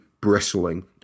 bristling